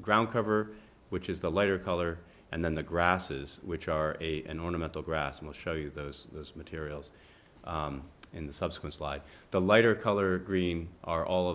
ground cover which is the lighter color and then the grasses which are a an ornamental grass will show you those materials in the subsequent slide the lighter color green are all